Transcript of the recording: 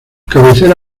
cabecera